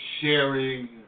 sharing